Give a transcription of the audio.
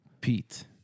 Pete